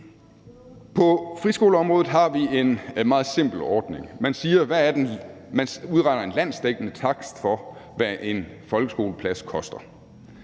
På friskoleområdet har vi en meget simpel ordning: Man udregner en landsdækkende takst for, hvad en folkeskoleplads koster,